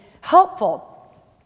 helpful